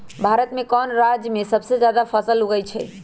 भारत में कौन राज में सबसे जादा फसल उगई छई?